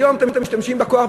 היום אתם משתמשים בכוח,